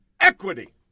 equity